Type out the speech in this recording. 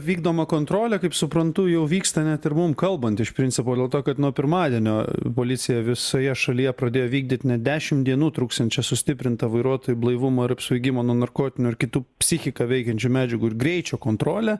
vykdoma kontrolė kaip suprantu jau vyksta net ir mum kalbant iš principo dėl to kad nuo pirmadienio policija visoje šalyje pradėjo vykdyt net dešim dienų truksiančią sustiprintą vairuotojų blaivumo apsvaigimo nuo narkotinių ar kitų psichiką veikiančių medžiagų ir greičio kontrolę